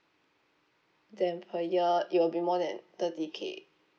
then per year it will be more than thirty K